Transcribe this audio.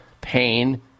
pain